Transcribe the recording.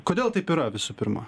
kodėl taip yra visų pirma